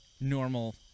normal